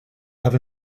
have